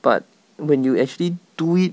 but when you actually do it